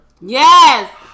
Yes